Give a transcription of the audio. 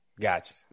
Gotcha